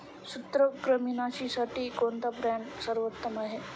सूत्रकृमिनाशीसाठी कोणता ब्रँड सर्वोत्तम आहे?